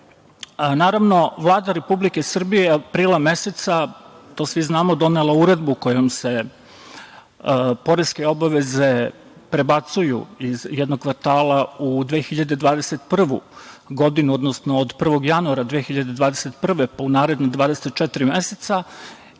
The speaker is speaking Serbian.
Vlada Republike Srbije je aprila meseca, to svi znamo, donela uredbu kojom se poreske obaveze prebacuju iz jednog kvartala u 2021. godinu, odnosno od 1. januara 2021. godine, pa u naredna 24 meseca.